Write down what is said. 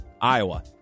Iowa